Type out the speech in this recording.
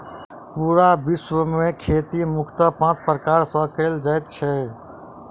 पूरा विश्व मे खेती मुख्यतः पाँच प्रकार सॅ कयल जाइत छै